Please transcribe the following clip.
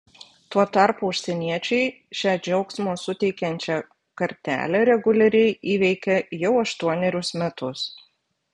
tuo tarpu užsieniečiai šią džiaugsmo suteikiančią kartelę reguliariai įveikia jau aštuonerius metus